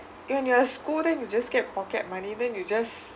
when you're school then you just get pocket money then you just